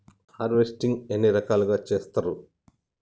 Harvesting ఎన్ని రకాలుగా చేస్తరు?